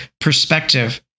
perspective